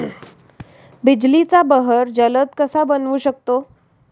बिजलीचा बहर जलद कसा बनवू शकतो?